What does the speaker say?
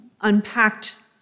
unpacked